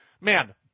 man